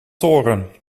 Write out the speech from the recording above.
toren